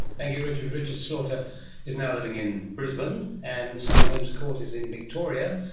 thank you richard. richard slaughter is now living in brisbane. and simon holmes a court is in victoria,